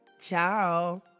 Ciao